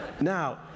Now